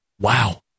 Wow